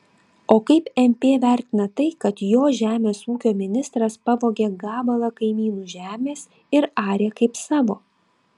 o kaip mp vertina tai kad jo žemės ūkio ministras pavogė gabalą kaimynų žemės ir arė kaip savo